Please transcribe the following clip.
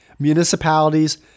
Municipalities